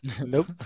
nope